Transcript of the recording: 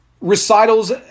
recitals